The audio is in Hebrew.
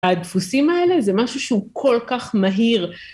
הדפוסים האלה זה משהו שהוא כל כך מהיר.